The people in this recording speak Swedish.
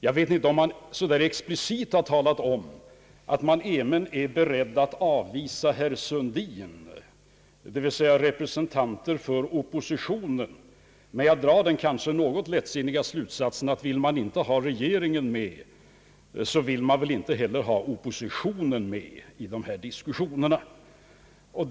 Jag vet inte om man explicit har meddelat, att man även är beredd att avvisa herr Sundin, d. v. s. representanter för oppositionen, men jag drar den kanske något lättsinniga slutsatsen, att man inte heller vill ha oppositionen med i diskussionerna när man inte vill ha regeringen med.